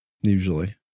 Usually